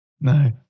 No